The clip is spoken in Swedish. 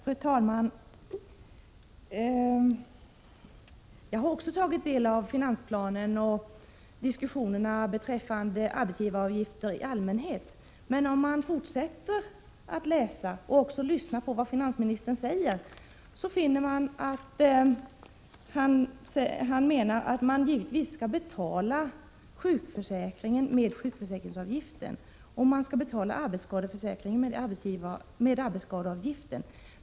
Fru talman! Även jag har tagit del av finansplanen och diskussionerna beträffande arbetsgivaravgifter i allmänhet. Om man fortsätter att läsa i finansplanen och lyssnar på vad finansministern säger, finner man att han menar att vi givetvis skall betala sjukförsäkringen med sjukförsäkringsavgifter och att vi skall betala arbetsskadeförsäkringen med arbetsskadeavgifter.